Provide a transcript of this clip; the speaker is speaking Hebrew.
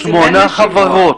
שמונה חברות.